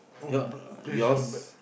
your uh yours